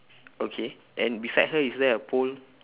okay and beside her is there a pole